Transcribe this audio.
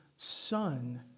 Son